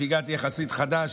שהגעתי יחסית חדש,